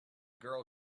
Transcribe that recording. girl